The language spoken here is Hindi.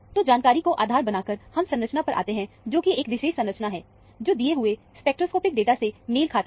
तो जानकारी को आधार बनाकर हम संरचना पर आते हैं जो कि एक विशेष संरचना है जो दिए हुए स्पेक्ट्रोस्कोपिक डाटा से मेल खाता है